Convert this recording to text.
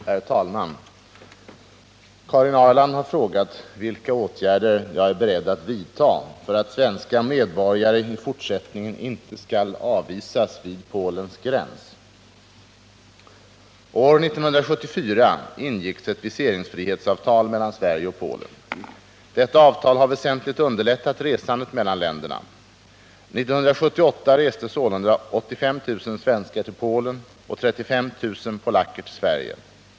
Herr talman! Karin Ahrland har frågat vilka åtgärder jag är beredd att vidta för att svenska medborgare i fortsättningen inte skall avvisas vid Polens gräns. År 1974 ingicks ett viseringsfrihetsavtal mellan Sverige och Polen. Detta avtal har väsentligt underlättat resandet mellan länderna. 1978 reste sålunda 85 000 svenskar till Polen och 35 000 polacker till Sverige.